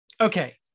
okay